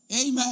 Amen